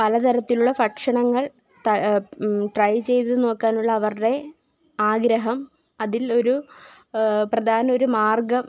പല തരത്തിലുള്ള ഭക്ഷണങ്ങൾ ട്രൈ ചെയ്ത് നോക്കാനുള്ള അവരുടെ ആഗ്രഹം അതിൽ ഒരു പ്രധാന ഒരു മാർഗം